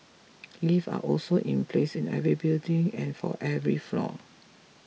lifts are also in place in every building and for every floor